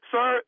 Sir